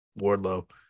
Wardlow